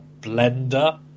blender